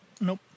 Nope